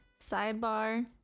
sidebar